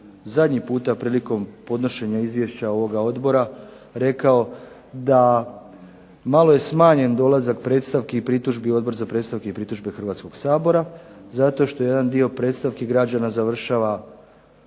zadnji puta priliko podnošenja izvješća ovoga odbora rekao, da malo je smanjen dolazak predstavki i pritužbi u Odbor za predstavke i pritužbe Hrvatskog sabora zato što jedan dio predstavki građana završava